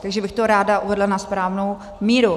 Takže bych to ráda uvedla na správnou míru.